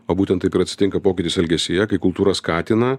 o būtent taip ir atsitinka pokytis elgesyje kai kultūra skatina